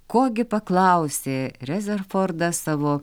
ko gi paklausė rezerfordas savo